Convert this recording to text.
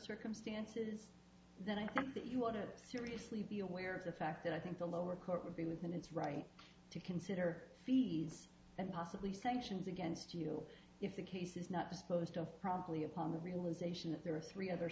circumstances then i think that you want to seriously be aware of the fact that i think the lower court would be within its right to consider fees and possibly sanctions against you if the case is not disposed of promptly upon the realisation that there are three other